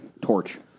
torch